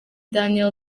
daniel